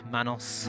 Manos